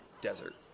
desert